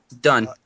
done